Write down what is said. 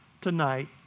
tonight